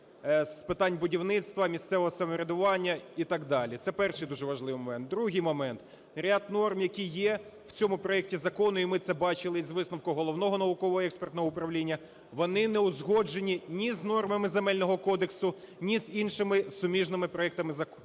з питань будівництва, місцевого самоврядування і так далі. Це перший дуже важливий момент. Другий момент. Ряд норм, які є в цьому проекті закону, і ми це бачили із висновку Головного науково-експертного управління, вони не узгоджені ні з нормами Земельного кодексу, ні з іншими суміжними проектами законів.